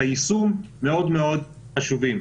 היישום מאוד מאוד חשובים,